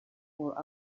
for